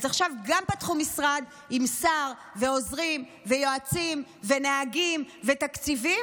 אז עכשיו גם פתחו משרד עם שר ועוזרים ויועצים ונהגים ותקציבים,